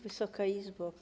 Wysoka Izbo!